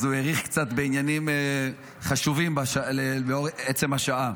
אז הוא האריך קצת בעניינים חשובים על עצם השעה.